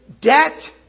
debt